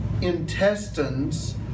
intestines